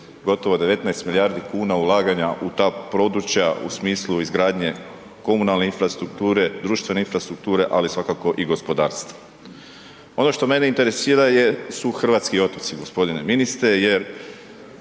gotovo 19 milijardi kuna ulaganja u ta područja u smislu izgradnje komunalne infrastrukture, društvene infrastrukture, ali svakako i gospodarstva. Ono što mene interesira su hrvatski otoci, g. ministre jer